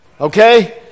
Okay